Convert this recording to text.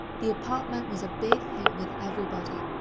the apartment was a big hit with everybody,